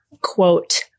quote